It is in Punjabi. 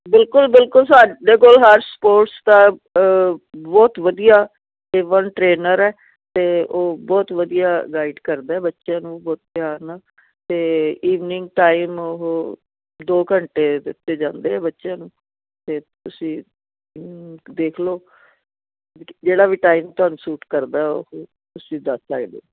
ਬਿਲਕੁਲ ਬਿਲਕੁਲ ਸਾਡੇ ਕੋਲ ਹਰ ਸਪੋਰਟਸ ਦਾ ਬਹੁਤ ਵਧੀਆ ਏਵਨ ਟਰੇਨਰ ਹੈ ਅਤੇ ਉਹ ਬਹੁਤ ਵਧੀਆ ਗਾਈਡ ਕਰਦਾ ਬੱਚਿਆਂ ਨੂੰ ਬਹੁਤ ਪਿਆਰ ਨਾਲ ਅਤੇ ਇੰਵਨਿੰਗ ਟਾਈਮ ਉਹ ਦੋ ਘੰਟੇ ਦਿੱਤੇ ਜਾਂਦੇ ਬੱਚਿਆਂ ਨੂੰ ਫਿਰ ਤੁਸੀਂ ਦੇਖ ਲਓ ਜਿਹੜਾ ਵੀ ਟਾਈਮ ਤੁਹਾਨੂੰ ਸੂਟ ਕਰਦਾ ਉਹ ਤੁਸੀਂ ਦੱਸ ਸਕਦੇ ਹੋ